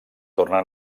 torna